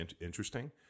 interesting